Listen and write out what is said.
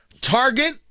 Target